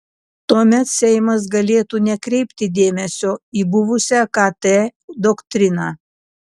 tuomet seimas galėtų nekreipti dėmesio į buvusią kt doktriną